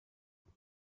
show